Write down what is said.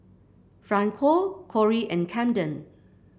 Franco Kori and Camden